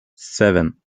seven